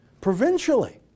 Provincially